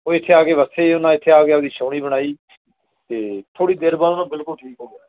ਉਹ ਇੱਥੇ ਆ ਕੇ ਵਸੇ ਉਹਨਾਂ ਇੱਥੇ ਆ ਕੇ ਆਪਣੀ ਛੋਅਣੀ ਬਣਾਈ ਅਤੇ ਥੋੜ੍ਹੀ ਦੇਰ ਬਾਅਦ ਉਹ ਨਾ ਬਿਲਕੁਲ ਠੀਕ ਹੋ ਗਿਆ